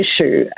issue